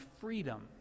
freedom